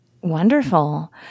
Wonderful